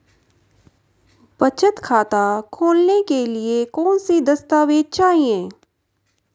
बचत खाता खोलने के लिए कौनसे दस्तावेज़ चाहिए?